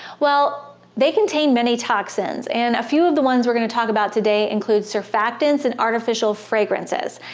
well they contain many toxins and a few of the ones we're going to talk about today include surfactants and artificial fragrances.